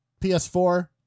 PS4